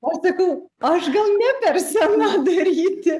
o sakau aš gal ne per sena daryti